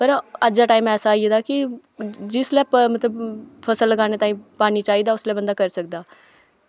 पर अज दा टाइम ऐसा आई गेदा कि जिसलै मतलब फसल लगाने ताईं पानी चाहिदा उसलै बंदा करी सकदा